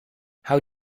how